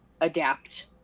adapt